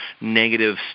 negative